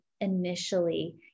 initially